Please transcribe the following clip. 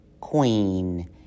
queen